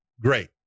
great